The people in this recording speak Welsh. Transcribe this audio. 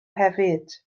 hefyd